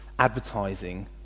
Advertising